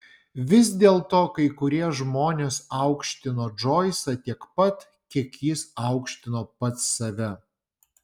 vis dėlto kai kurie žmonės aukštino džoisą tiek pat kiek jis aukštino pats save